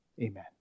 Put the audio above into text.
Amen